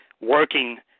working